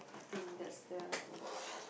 I think that's that